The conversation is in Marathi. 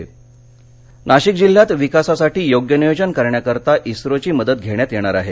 इस्रो करार नाशिक नाशिक जिल्ह्यात विकासासाठी योग्य नियोजन करण्याकरता इस्रोची मदत घेण्यात येणार आहे